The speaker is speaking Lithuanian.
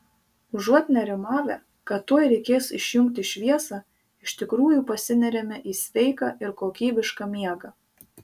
užuot nerimavę kad tuoj reikės išjungti šviesą iš tikrųjų pasineriame į sveiką ir kokybišką miegą